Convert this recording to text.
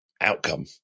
outcome